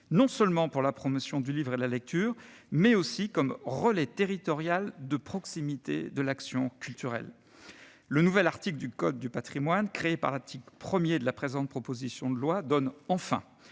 non seulement pour la promotion du livre et de la lecture, mais aussi comme relais territorial de proximité de l'action culturelle. Le nouvel article du code du patrimoine, créé par l'article 1 de la présente proposition de loi, donne enfin